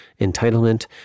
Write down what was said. entitlement